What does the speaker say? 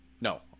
No